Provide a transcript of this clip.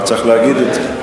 אבל צריך להגיד את זה,